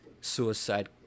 suicide